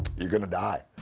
you're going to die,